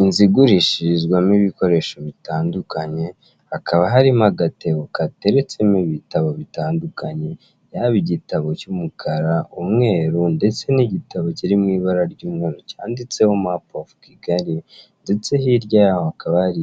Inzu igurishirizwamo ibikoresho bitandukanye hakaba harimo agatebo gateretsemo ibitabo bitandukanye yaba igitabo cy'umukara, umweru ndetse n'igitabo kiri mu ibara ry'umukara cyanditseho mapu ofu kigali ndetse hirya yaho hakaba hari